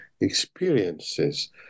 experiences